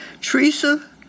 Teresa